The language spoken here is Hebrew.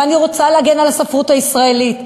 ואני רוצה להגן על הספרות הישראלית.